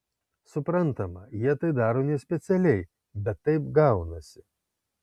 suprantama jie tai daro nespecialiai bet taip gaunasi